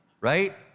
Right